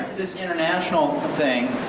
this international thing,